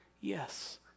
Yes